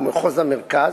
הוא מחוז המרכז,